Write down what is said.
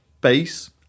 base